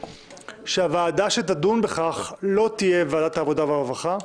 שהוועדה שתדון בכך לא תהיה ועדת העבודה והרווחה,